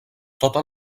tota